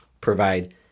provide